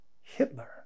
Hitler